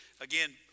again